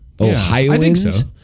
Ohioans